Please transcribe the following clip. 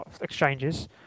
exchanges